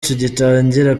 tugitangira